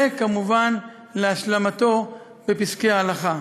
וכמובן, להשלמתו בפסקי הלכה.